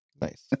Nice